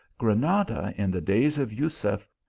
gra nada, in the days of jusef,